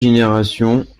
générations